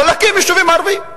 אבל להקים יישובים ערביים,